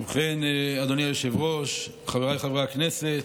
ובכן, אדוני היושב-ראש, חבריי חברי הכנסת,